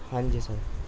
ہاں جی سر